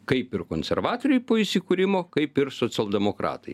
kaip ir konservatoriai po įsikūrimo kaip ir socialdemokratai